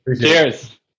Cheers